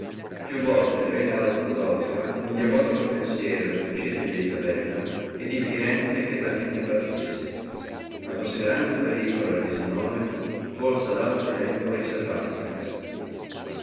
più volte venne ad ortodosio un diabolico pensiero di uccidere isabella e di firenze chetamente partirsi ma considerando il pericolo e il disonore volse ad altro tempo riservarsi il castigo